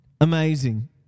Amazing